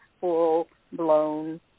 full-blown